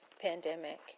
pandemic